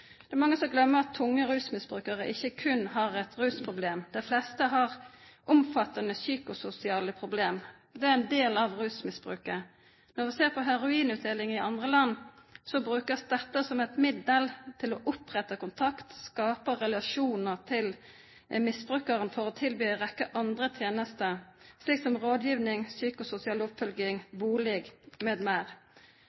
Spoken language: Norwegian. Det er mange som glemmer at tunge rusmisbrukere ikke kun har et rusproblem. De fleste av disse har omfattende psykososiale problemer. Det er en del av rusmisbruket. Når vi ser på heroinutdeling i andre land, så brukes dette som et middel til å opprette kontakt, skape relasjoner til misbrukeren for å tilby en rekke andre tjenester, slik som rådgivning, psykososial oppfølging,